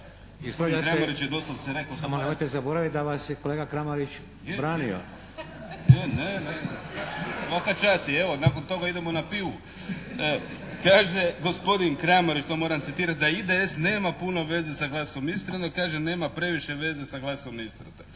Vladimir (HDZ)** Samo nemojte zaboraviti da vas je kolega Kramarić branio. **Kajin, Damir (IDS)** Ne, ne. Svaka čast i evo nakon toga idemo na pivu. Kaže gospodin Kramarić, to moram citirati da IDS nema puno veze sa Glasom Istre, no kaže nema previše veze sa Glasom Istre.